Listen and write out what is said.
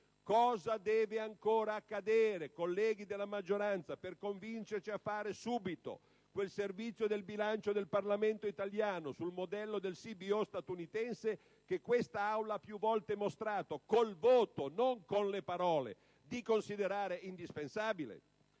Cosa deve ancora accadere, colleghi della maggioranza, per convincerci a fare subito quel Servizio del bilancio del Parlamento italiano sul modello del CBO statunitense che quest'Assemblea ha più volte mostrato, col voto e non con le parole, di considerare indispensabile?